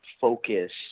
focus